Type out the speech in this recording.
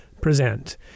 present